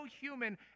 human